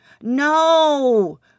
No